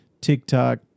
TikTok